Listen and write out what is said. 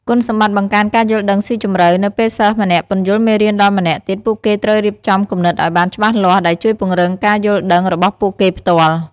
គុណសម្បត្តិបង្កើនការយល់ដឹងស៊ីជម្រៅ នៅពេលសិស្សម្នាក់ពន្យល់មេរៀនដល់ម្នាក់ទៀត ពួកគេត្រូវរៀបចំគំនិតឲ្យបានច្បាស់លាស់ ដែលជួយពង្រឹងការយល់ដឹងរបស់ពួកគេផ្ទាល់។